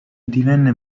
divenne